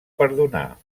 perdonar